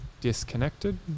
disconnected